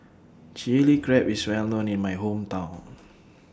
Chili Crab IS Well known in My Hometown